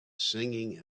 singing